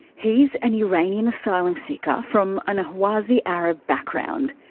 he's an iranian asylum seeker from an ahwazi arab background.